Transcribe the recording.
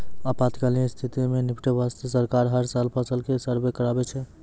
आपातकालीन स्थिति सॅ निपटै वास्तॅ सरकार हर साल फसल के सर्वें कराबै छै